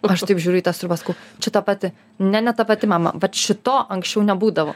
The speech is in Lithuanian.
aš taip žiūriu į tą sriubą sakau čia ta pati ne ne ta pati mama va šito anksčiau nebūdavo